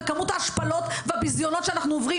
וכמות ההשפלות והביזיונות שאנחנו עוברים